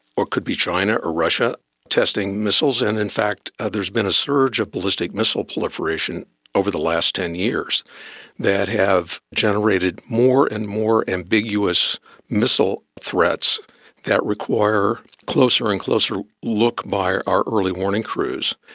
or it could be china or russia testing missiles. and in fact there has been a surge of ballistic missile proliferation over the last ten years that have generated more and more ambiguous missile threats that require closer and closer look by our early warning crews.